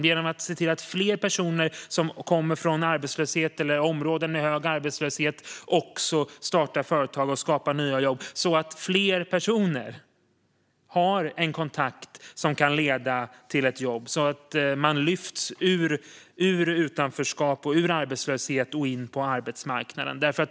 Det handlar om att se till att fler människor som kommer från arbetslöshet eller från områden med hög arbetslöshet också startar företag och skapar nya jobb så att fler personer har en kontakt som kan leda till ett jobb. Då lyfts man ur utanförskap och arbetslöshet och in på arbetsmarknaden.